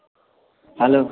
hello